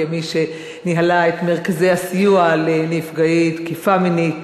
כמי שניהלה את מרכזי הסיוע לנפגעי תקיפה מינית,